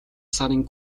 сарын